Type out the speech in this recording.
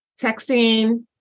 texting